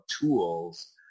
tools